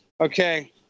Okay